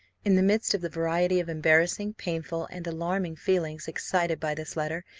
in the midst of the variety of embarrassing, painful, and alarming feelings excited by this letter,